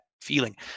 feeling